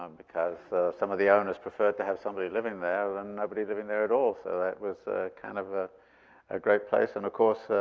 um because some of the owners preferred to have somebody living there than nobody living there at all. so that was kind of ah a great place, and of course,